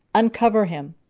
uncover him.